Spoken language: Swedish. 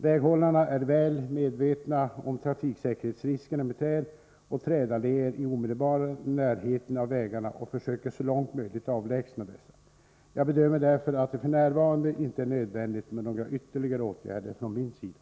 Väghållarna är väl medvetna om trafiksäkerhetsriskerna med träd och trädalléer i omedelbar närhet av vägarna och försöker så långt möjligt avlägsna dessa. Jag bedömer därför att det f. n. inte är növändigt med några ytterligare åtgärder från min sida.